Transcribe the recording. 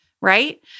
right